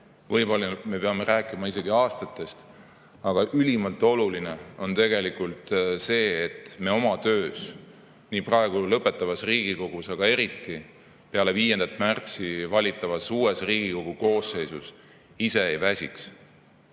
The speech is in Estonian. võib-olla me peame rääkima isegi aastatest –, on ülimalt oluline, et me oma töös nii praegu lõpetavas Riigikogus kui ka peale 5. märtsi valitavas uues Riigikogu koosseisus ei väsiks.